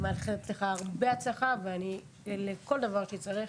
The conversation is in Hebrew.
אני מאחלת לך הרבה הצלחה ואני לרשותך לכל דבר שתצטרך.